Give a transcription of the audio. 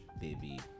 Baby